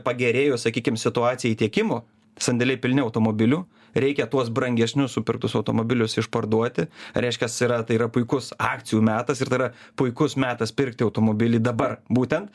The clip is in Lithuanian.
pagerėjus sakykim situacijai tiekimo sandėliai pilni automobilių reikia tuos brangesnius supirktus automobilius išparduoti reiškias yra tai yra puikus akcijų metas ir tai yra puikus metas pirkti automobilį dabar būtent